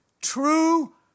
True